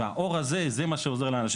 והאור הזה, זה מה שעוזר לאנשים.